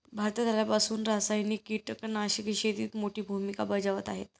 भारतात आल्यापासून रासायनिक कीटकनाशके शेतीत मोठी भूमिका बजावत आहेत